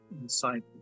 inside